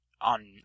on